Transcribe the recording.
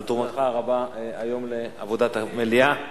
על תרומתך הרבה היום לעבודת המליאה.